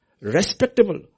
respectable